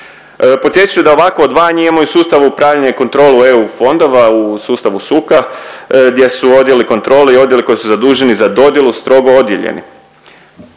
Podsjetit ću da ovakvo odvajanje imamo i u sustavu upravljanje i kontrolu EU fondova u sustavu SUK-a gdje su odjeli kontrole i odjeli koji su zaduženi za dodjelu strogo odijeljeni.